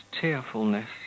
tearfulness